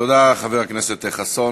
תודה, חבר הכנסת חסון.